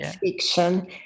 fiction